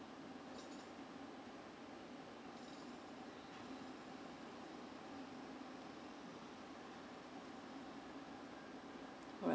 alright